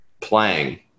playing